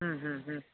ह्म् ह्म् ह्म्